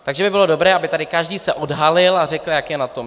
Takže by bylo dobré, aby se tady každý odhalil a řekl, jak je na tom.